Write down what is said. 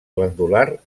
glandular